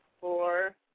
four